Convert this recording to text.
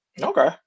Okay